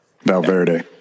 Valverde